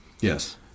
Yes